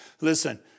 Listen